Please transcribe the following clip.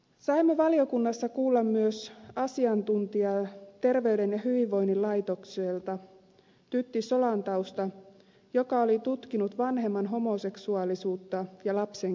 saimme valiokunnassa kuulla myös asiantuntijaa terveyden ja hyvinvoinnin laitokselta tytti solantausta joka oli tutkinut vanhemman homoseksuaalisuutta ja lapsen kehitystä